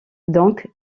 donc